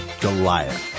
Goliath